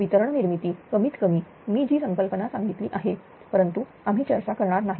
वितरण निर्मिती कमीत कमी मी जी संकल्पना सांगितली आहे परंतु आम्ही चर्चा करणार नाही